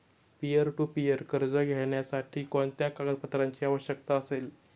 Peer to peer कर्ज घेण्यासाठी कोणत्या कागदपत्रांची आवश्यकता असेल?